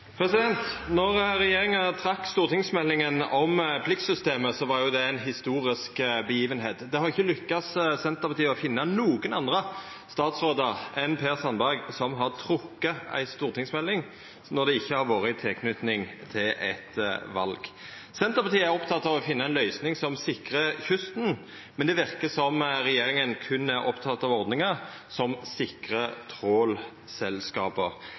regjeringa trekte stortingsmeldinga om pliktsystemet, var det ei historisk hending. Det har ikkje lykkast Senterpartiet å finna nokon andre statsrådar enn Per Sandberg som har trekt ei stortingsmelding når det ikkje har vore i tilknyting til eit val. Senterpartiet er oppteke av å finna ei løysing som sikrar kysten, men det verkar som om regjeringa berre er oppteken av ordningar som sikrar